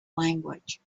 language